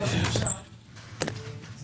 אני